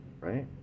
right